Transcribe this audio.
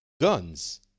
guns